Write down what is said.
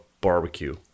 barbecue